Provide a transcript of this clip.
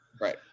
Right